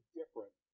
different